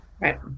Right